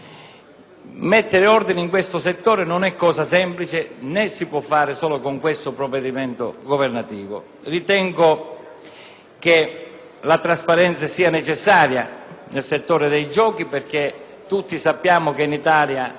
mettere ordine in questo settore non è misura semplice né realizzabile solo con questo provvedimento legislativo. Ritengo che la trasparenza sia necessaria nel settore dei giochi perché, come tutti sappiamo, in Italia